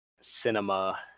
cinema